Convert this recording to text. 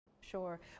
Sure